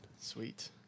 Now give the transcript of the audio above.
Sweet